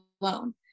alone